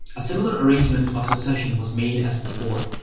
a similar arrangement of succession was made as before.